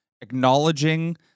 acknowledging